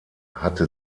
hatte